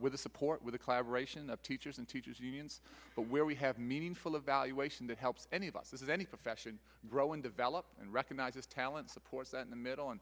with the support with the collaboration of teachers and teachers unions but where we have meaningful evaluation that helps any of us this in any profession grow and develop and recognizes talent supports that in the middle and